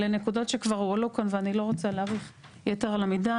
אלו נקודות שכבר הועלו כאן ואני לא רוצה להאריך יתר על המידה.